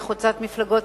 היא חוצת מפלגות,